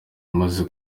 amaze